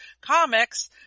comics